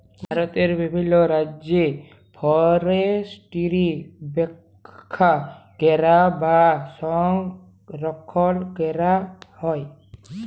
ভারতেরলে বিভিল্ল রাজ্যে ফরেসটিরি রখ্যা ক্যরা বা সংরখ্খল ক্যরা হয়